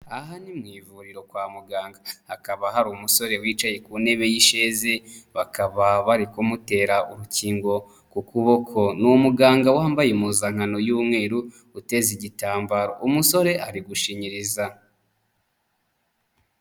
Aha ni mu ivuriro kwa muganga, hakaba hari umusore wicaye ku ntebe y'isheze, bakaba bari kumutera urukingo ku kuboko. Ni umuganga wambaye impuzankano y'umweru, uteze igitambaro, umusore ari gushinyiriza.